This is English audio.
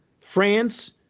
France